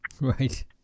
Right